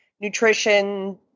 nutrition